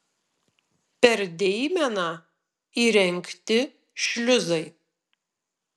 per deimeną įrengti šliuzai